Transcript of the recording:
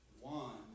one